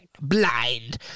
blind